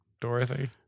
Dorothy